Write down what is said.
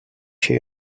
się